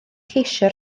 ceisio